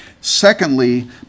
Secondly